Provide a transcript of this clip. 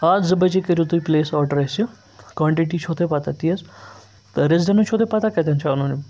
آ زٕ بجے کٔرِو تُہۍ پٕلیس آرڈَر اَسہِ کانٹِٹی چھو تۄہہِ پَتہ تی حظ تہٕ رٮ۪زِڈنٕس چھو تۄہہِ پَتہ کَتٮ۪ن چھُ اَنُن